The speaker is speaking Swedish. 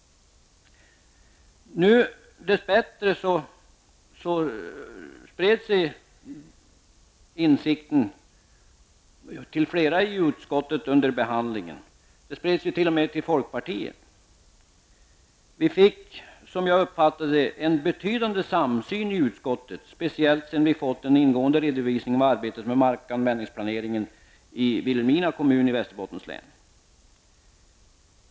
Dess bättre spred sig insikten till flera i utskottet under behandlingen -- den spred sig t.o.m. till folkpartiet. Vi fick, som jag uppfattade det, en betydande samsyn i utskottet, speciellt sedan vi fått en ingående redovisning för arbetet med markanvändningsplaneringen i Vilhelmina kommun i Västerbottens län.